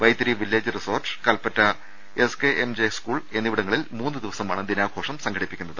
Vythiri village resort Kalpetta S K M J school എന്നിവിടങ്ങളിൽ മൂന്നു ദിവസമാണ് ദിനാഘോഷം സംഘടിപ്പി ക്കുന്നത്